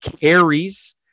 carries